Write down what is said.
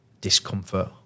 discomfort